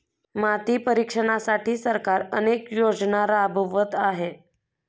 माती परीक्षणासाठी सरकार अनेक योजना राबवत आहे